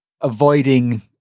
avoiding